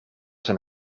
zijn